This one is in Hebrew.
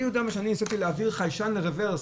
כשאני ניסיתי להעביר חיישן לרוורס,